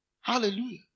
Hallelujah